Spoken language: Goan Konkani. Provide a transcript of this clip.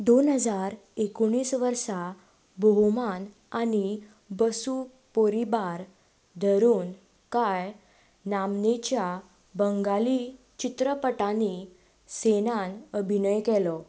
दोन हजार एकोणीस वर्सा बोहोमान आनी बसू पोरिबार धरून कांय नामनेच्या बंगाली चित्रपटांनी सेनान अभिनय केलो